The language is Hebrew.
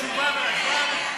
תשובה והצבעה,